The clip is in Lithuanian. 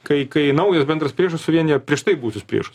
kai kai naujas bendras priešas suvienijo prieš tai buvusius priešus